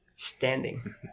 standing